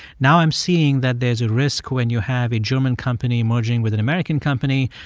now i'm seeing that there's a risk when you have a german company merging with an american company?